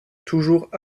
toujours